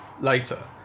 later